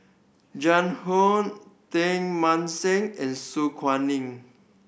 Jiang Hu Teng Mah Seng and Su Guaning